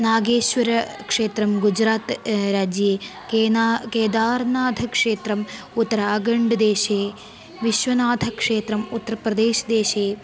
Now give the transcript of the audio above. नागेश्वरक्षेत्रं गुजरात् राज्ये केना केदारनाथक्षेत्रम् उत्तराखण्ड् देशे विश्वनाथ क्षेत्रम् उत्तरप्रदेश देशे